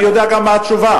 אני יודע גם מה התשובה.